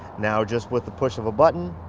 now just with the push of a button,